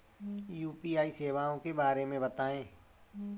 UPI सेवाओं के बारे में बताएँ?